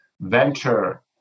venture